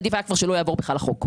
עדיף היה כבר שלא יעבור החוק בכלל.